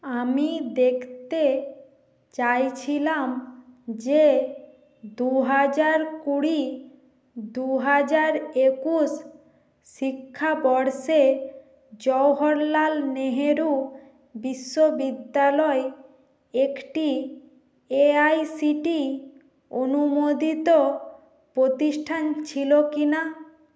আমি দেখতে চাইছিলাম যে দু হাজার কুড়ি দু হাজার একুশ শিক্ষাবর্ষে জওহরলাল নেহেরু বিশ্ববিদ্যালয় একটি এআইসিটিই অনুমোদিত প্রতিষ্ঠান ছিলো কি না